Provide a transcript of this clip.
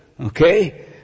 okay